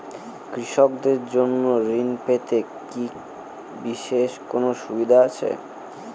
কৃষকদের জন্য ঋণ পেতে কি বিশেষ কোনো সুবিধা আছে?